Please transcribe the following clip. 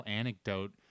anecdote